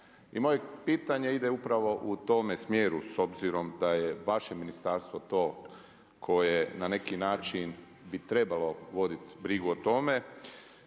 moje pitanje ide upravo u tome smjeru, s obzirom da je vaše ministarstvo to koje na neki način bi trebalo voditi brigu o tome.